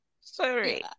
sorry